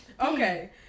Okay